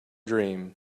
dream